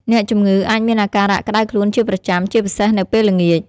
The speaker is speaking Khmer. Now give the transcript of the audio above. អ្នកជំងឺអាចមានអាការៈក្តៅខ្លួនជាប្រចាំ ជាពិសេសនៅពេលល្ងាច។